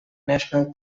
national